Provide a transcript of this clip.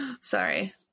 Sorry